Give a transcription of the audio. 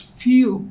feel